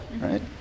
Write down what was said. right